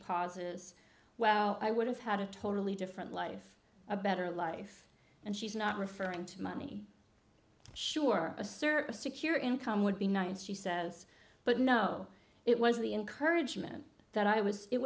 pauses well i would have had a totally different life a better life and she's not referring to money sure a service secure income would be nice she says but no it was the encouragement that i was it